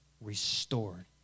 restored